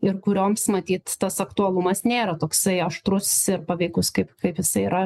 ir kurioms matyt tas aktualumas nėra toksai aštrus ir paveikus kaip kaip jisai yra